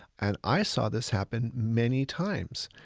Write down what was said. and i saw this happen many times.